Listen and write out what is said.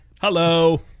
Hello